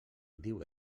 diu